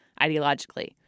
ideologically